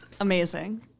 Amazing